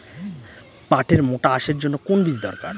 পাটের মোটা আঁশের জন্য কোন বীজ দরকার?